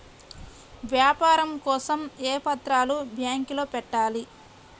వ్యాపారం కోసం ఏ పత్రాలు బ్యాంక్లో పెట్టాలి?